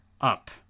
up